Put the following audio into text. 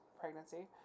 pregnancy